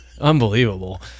Unbelievable